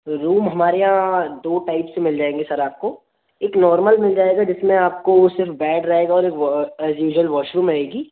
room हमारे यहाँ दो टाइप से मिल जाएँगे सर आपको एक नॉर्मल मिल जाएगा जिसमें आपको सिर्फ़ बैड रहेगा और एक वा ऐस यूशूअल वाशरूम रहेगा